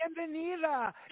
Bienvenida